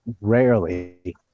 rarely